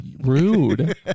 rude